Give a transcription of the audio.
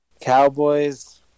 Cowboys